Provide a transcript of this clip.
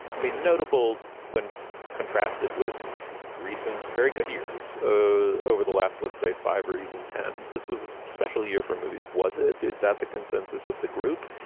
mean, notable when contrasted with recent very good years ah over the last, let's say, five or even ten. this was this special year for movies. was it? is that the consensus of the group?